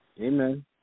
Amen